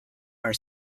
are